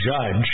judge